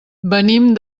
venim